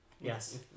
yes